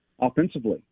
offensively